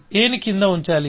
a ని కింద ఉంచాలి